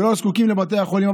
שלא זקוקים לבתי החולים,